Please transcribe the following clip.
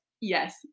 Yes